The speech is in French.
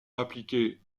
appliquée